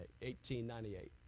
1898